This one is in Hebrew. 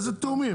איזה תיאומים?